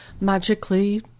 magically